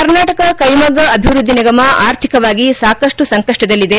ಕರ್ನಾಟಕ ಕೈಮಗ್ಗ ಅಭಿವ್ವದ್ದಿ ನಿಗಮ ಆರ್ಥಿಕವಾಗಿ ಸಾಕಷ್ಟು ಸಂಕಷ್ಟದಲ್ಲಿದೆ